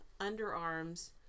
underarms